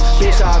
bitch